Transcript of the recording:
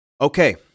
Okay